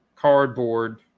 Cardboard